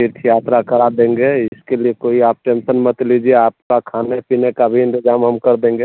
तीर्थ यात्रा करा देंगे इसके लिए कोई आप टेन्सन मत लीजिए आपका खाने पीने का भी इंतज़ाम हम कर देंगे